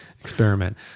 experiment